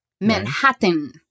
Manhattan